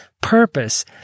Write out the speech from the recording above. Purpose